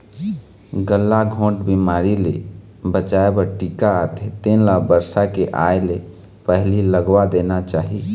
गलाघोंट बिमारी ले बचाए बर टीका आथे तेन ल बरसा के आए ले पहिली लगवा देना चाही